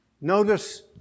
Notice